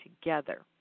together